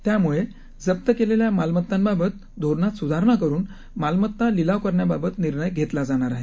त्यामुळेजप्तकेलेल्यामालमत्तांबाबतधोरणातसुधारणाकरूनमालमत्तालिलावकरण्याबाबतनिर्णयघेतलाजाणारआहे